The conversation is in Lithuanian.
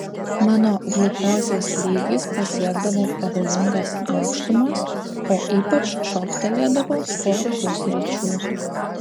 mano gliukozės lygis pasiekdavo pavojingas aukštumas o ypač šoktelėdavo po pusryčių